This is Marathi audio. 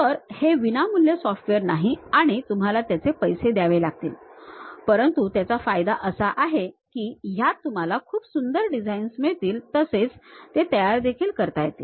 तर हे विनामूल्य सॉफ्टवेअर नाही आणि तुम्हाला त्याचे पैसे द्यावे लागतील परंतु याचा फायदा असा आहे की यात तुम्हाला खूप सुंदर डिझाईन्स मिळतील तसेच ते तयार देखील करता येतील